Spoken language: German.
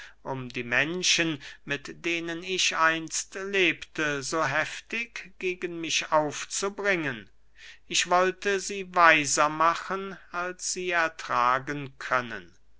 um die menschen mit denen ich einst lebte so heftig gegen mich aufzubringen ich wollte sie weiser machen als sie ertragen können